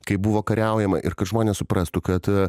kai buvo kariaujama ir kad žmonės suprastų kad